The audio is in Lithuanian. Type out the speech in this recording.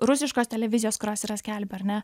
rusiškos televizijos kurios yra skelbia ar ne